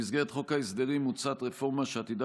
במסגרת חוק ההסדרים מוצעת רפורמה שעתידה